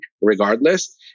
regardless